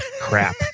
crap